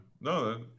No